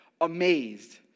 amazed